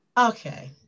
Okay